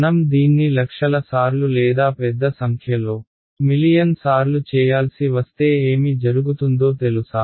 మనం దీన్ని లక్షల సార్లు లేదా పెద్ద సంఖ్యలో మిలియన్ సార్లు చేయాల్సి వస్తే ఏమి జరుగుతుందో తెలుసా